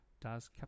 Das